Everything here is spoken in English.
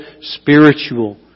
spiritual